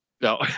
No